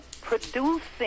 producing